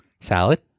Salad